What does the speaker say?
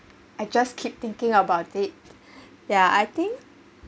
I just keep thinking about it yeah I think